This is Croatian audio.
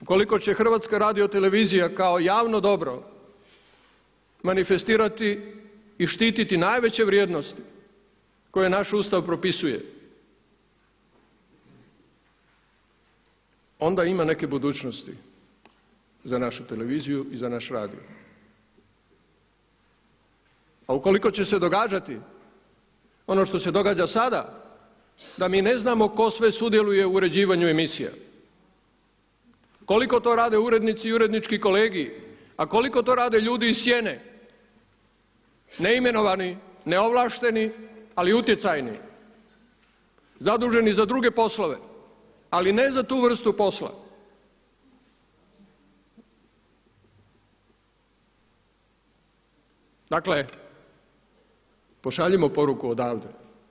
Ukoliko će HRT kao javno dobro manifestirati i štititi najveće vrijednosti koje naš Ustav propisuje onda ima neke budućnosti za našu televiziju i za naš radio a u koliko će se događati ono što se događa sada da mi ne znamo tko sve sudjeluje u uređivanju emisija, koliko to rade urednici i urednički kolegiji a koliko to rade ljudi iz sjene, neimenovani, neovlašteni ali utjecajni zaduženi za druge poslove ali ne i za tu vrstu posla, dakle pošaljimo poruku od ovdje.